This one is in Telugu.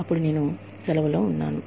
అపుడు నేను సెలవులో ఉన్నాను